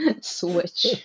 switch